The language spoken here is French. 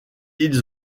ils